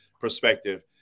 perspective